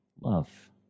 Love